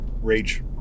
Rage